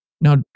Now